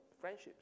friendships